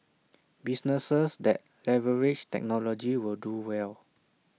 businesses that leverage technology will do well